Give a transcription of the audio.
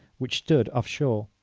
which stood off shore.